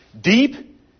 Deep